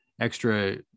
extra